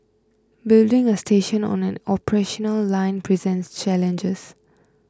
building a station on an operational line presents challenges